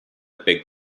pig